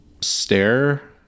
stare